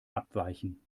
abweichen